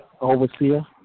Overseer